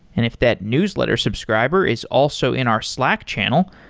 and if that newsletter subscriber is also in our slack channel,